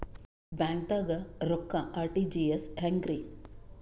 ಬ್ಯಾಂಕ್ದಾಗ ರೊಕ್ಕ ಆರ್.ಟಿ.ಜಿ.ಎಸ್ ಹೆಂಗ್ರಿ?